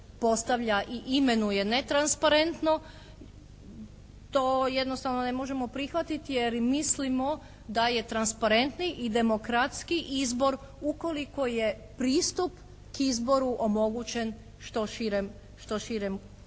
i imenuje netransparentno. To jednostavno ne možemo prihvatiti jer mislimo da je transparentni i demokratski izbor ukoliko je pristup k izboru omogućen što širem krugu